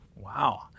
Wow